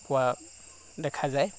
পোৱা দেখা যায়